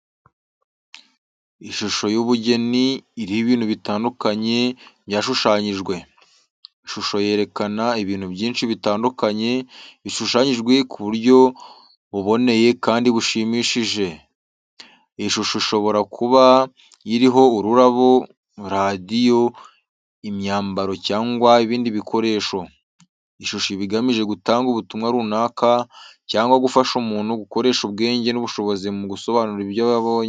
Ishusho y'ubugeni iriho ibintu bitandukanye byashushanyijwe. Ishusho yerekana ibintu byinshi bitandukanye bishushanyijwe ku buryo buboneye kandi bushimishije. Iyi shusho ishobora kuba iriho ururabo, radiyo, imyambaro cyangwa ibindi bikoresho. Ishusho iba igamije gutanga ubutumwa runaka, cyangwa gufasha umuntu gukoresha ubwenge n'ubushobozi mu gusobanura ibyo abonye.